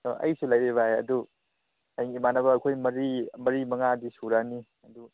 ꯍꯣꯏ ꯑꯩꯒꯤꯁꯨ ꯂꯩꯌꯦ ꯚꯥꯏ ꯑꯗꯨ ꯍꯌꯦꯡ ꯏꯃꯥꯟꯅꯕ ꯑꯩꯈꯣꯏ ꯃꯔꯤ ꯃꯔꯤ ꯃꯉꯥꯗꯤ ꯁꯨꯔꯅꯤ ꯑꯗꯨ